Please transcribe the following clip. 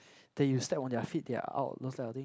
that you step on their feet they are out those type of thing